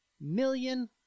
million